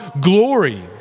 glory